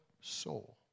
soul